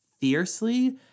fiercely